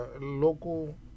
local